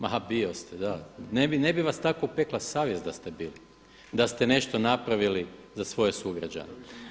Ma bio ste da, ne bi vas tako pekla savjest da ste bili, da ste nešto napravili za svoje sugrađane.